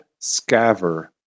scaver